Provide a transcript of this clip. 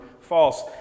false